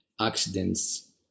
accidents